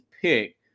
pick